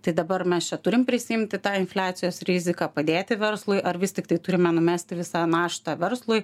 tai dabar mes čia turim prisiimti tą infliacijos riziką padėti verslui ar vis tiktai turime numesti visą naštą verslui